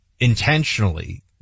intentionally